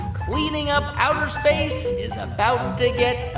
cleaning up outer space is about to get a